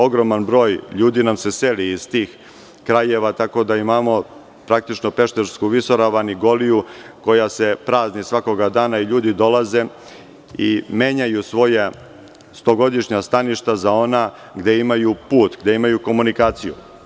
Ogroman broj ljudi nam se seli iz tih krajeva, tako da imamo praktično Peštarsku visoravan i Goliju koja se prazni svakoga dana i ljudi dolaze i menjaju svoja stogodišnja staništa za ona gde imaju put, gde imaju komunikaciju.